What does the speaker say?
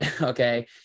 Okay